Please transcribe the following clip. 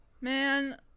Man